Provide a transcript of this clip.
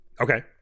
Okay